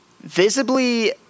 visibly